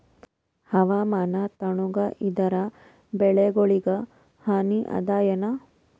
ಹವಾಮಾನ ತಣುಗ ಇದರ ಬೆಳೆಗೊಳಿಗ ಹಾನಿ ಅದಾಯೇನ?